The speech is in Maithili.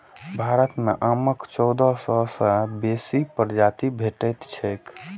भारत मे आमक चौदह सय सं बेसी प्रजाति भेटैत छैक